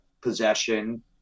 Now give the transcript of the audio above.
possession